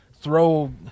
throw